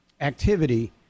activity